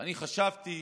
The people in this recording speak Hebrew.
ואני חשבתי